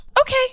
Okay